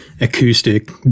acoustic